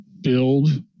build